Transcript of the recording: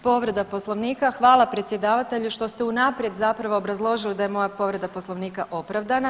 Povreda Poslovnika, hvala predsjedavatelju što ste unaprijed zapravo obrazložili da je moja povreda Poslovnika opravdana.